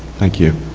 thank you.